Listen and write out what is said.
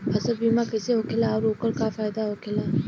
फसल बीमा कइसे होखेला आऊर ओकर का फाइदा होखेला?